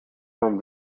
from